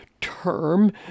term